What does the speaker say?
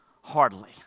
Hardly